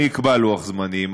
אני אקבע לוח זמנים.